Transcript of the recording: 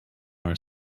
our